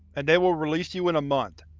and they will release you in a month.